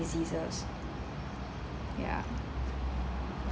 diseases ya